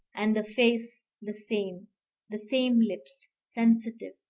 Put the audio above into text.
and the face the same the same lips, sensitive,